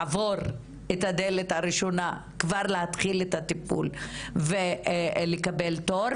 לעבור את הדלת הראשונה ולהתחיל את הטיפול ולקבל תור.